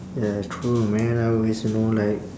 ya true man I always you know like